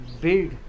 build